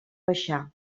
baixar